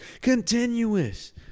continuous